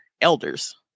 elders